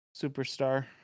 superstar